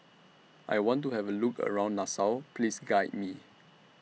I want to Have A Look around Nassau Please Guide Me